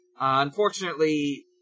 unfortunately